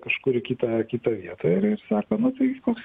kažkur į kitą į kitą vietą ir ir sako nu tai koks